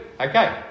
Okay